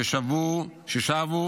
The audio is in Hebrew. ששבו